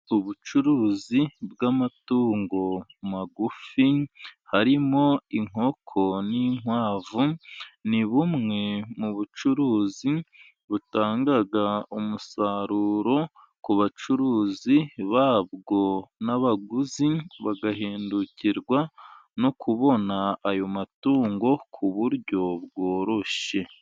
Ubucuruzi bw'amatungo magufi, harimo inkoko n'inkwavu ni bumwe mu bucuruzi butanga umusaruro ku bacuruzi babwo n'abaguzi bagahindukirwa, no kubona ayo matungo ku buryo bworoshye.